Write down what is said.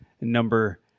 number